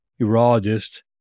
urologist